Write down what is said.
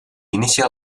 initial